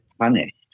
punished